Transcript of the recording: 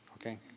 okay